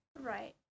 right